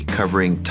covering